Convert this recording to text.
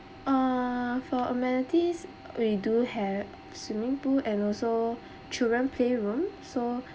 uh for amenities we do have swimming pool and also children play room so